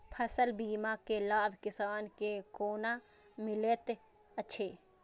फसल बीमा के लाभ किसान के कोना मिलेत अछि?